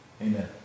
Amen